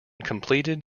completed